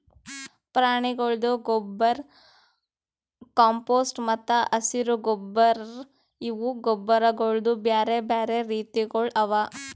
ಪ್ರಾಣಿಗೊಳ್ದು ಗೊಬ್ಬರ್, ಕಾಂಪೋಸ್ಟ್ ಮತ್ತ ಹಸಿರು ಗೊಬ್ಬರ್ ಇವು ಗೊಬ್ಬರಗೊಳ್ದು ಬ್ಯಾರೆ ಬ್ಯಾರೆ ರೀತಿಗೊಳ್ ಅವಾ